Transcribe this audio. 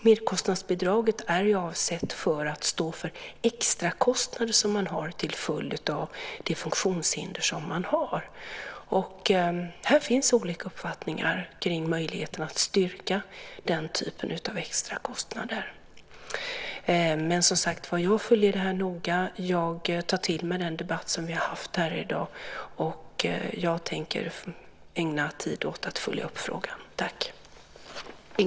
Merkostnadsbidraget är avsett att stå för de extrakostnader som uppstår till följd av det funktionshinder som man har. Här finns olika uppfattningar om möjligheten att styrka den typen av extra kostnader. Jag följer detta noga. Jag tar till mig den debatt som vi har haft här i dag. Jag tänker ägna tid åt att följa upp frågan.